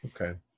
Okay